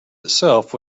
itself